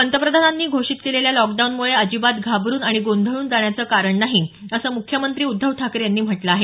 पंतप्रधानांनी घोषित केलेल्या लॉकडाऊनमुळे अजिबात घाबरून आणि गोंधळून जाण्याचं कारण नाही असं मुख्यमंत्री उद्धव ठाकरे यांनी म्हटलं आहे